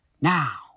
now